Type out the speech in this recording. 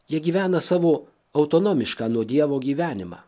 jie gyvena savo autonomišką nuo dievo gyvenimą